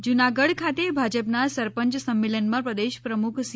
પાટિલ જુનાગઢ ખાતે ભાજપના સરપંચ સંમેલનમાં પ્રદેશપ્રમુખ સી